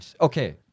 Okay